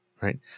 right